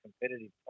competitive